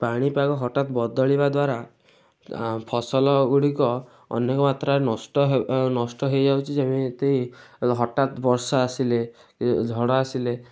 ପାଣିପାଗ ହଠାତ୍ ବଦଳିବା ଦ୍ୱାରା ଫସଲ ଗୁଡ଼ିକ ଅନେକ ମାତ୍ରାରେ ନଷ୍ଟ ନଷ୍ଟ ହେଇଯାଉଛି ଯେମିତି ହଠାତ୍ ବର୍ଷା ଆସିଲେ ଏ ଝଡ଼ ଆସିଲେ